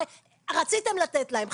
הרי רציתם לתת להם,